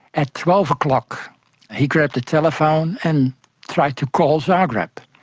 at twelve o'clock he grabbed the telephone and tried to call zagreb,